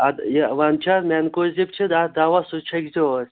اَدٕ یہِ وۅنۍ چھا حظ مٮ۪نکوزِپ چھُ اَکھ دوا سُہ چھیٚکۍزِہوس